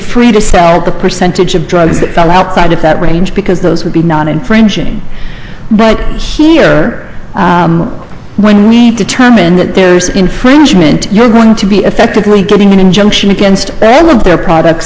free to sell the percentage of drugs that are outside of that range because those would be not infringing right here when we determine that there's infringement you're going to be effectively giving an injunction against all of their product